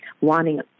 wanting